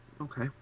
Okay